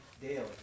daily